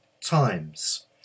times